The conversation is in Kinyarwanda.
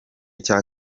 cya